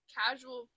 casual